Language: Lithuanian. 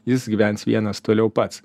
jis gyvens vienas toliau pats